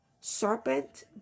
serpent